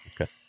Okay